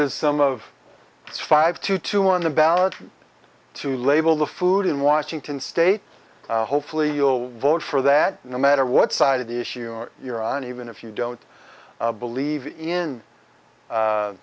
is some of it's five to two on the ballot to label the food in washington state hopefully you'll vote for that no matter what side of the issue you're on even if you don't believe in